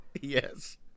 Yes